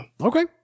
Okay